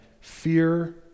fear